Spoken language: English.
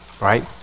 right